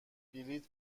بلیط